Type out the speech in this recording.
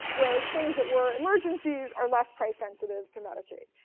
whereas things that were emergencies are less price sensitive to medicaid.